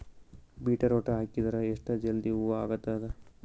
Beetroot ಹಾಕಿದರ ಎಷ್ಟ ಜಲ್ದಿ ಹೂವ ಆಗತದ?